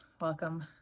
welcome